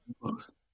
close